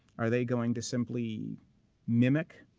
are they going to simply mimic?